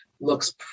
looks